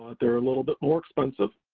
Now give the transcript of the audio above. they're a little bit more expensive,